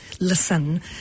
listen